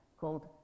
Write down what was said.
called